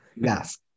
yes